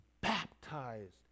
baptized